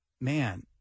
man